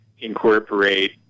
incorporate